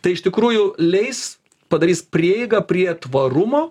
tai iš tikrųjų leis padarys prieigą prie tvarumo